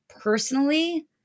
personally